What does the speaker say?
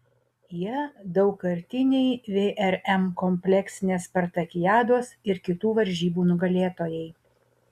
jie daugkartiniai vrm kompleksinės spartakiados ir kitų varžybų nugalėtojai